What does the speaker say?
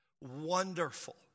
wonderful